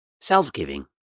Self-giving